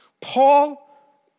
Paul